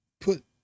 put